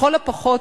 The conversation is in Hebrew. לכל הפחות,